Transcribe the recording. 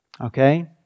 Okay